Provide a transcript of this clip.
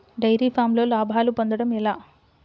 Dairy ఫామ్లో లాభాలు పొందడం ఎలా?